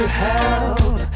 help